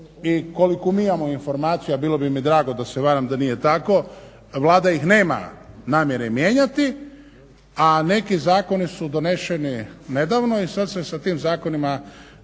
i koliko mi imamo informacija a bilo bi mi drago da se varam da nije tako, Vlada ih nema namjere mijenjati a neki zakoni su doneseni nedavno i sada se sa tim zakonima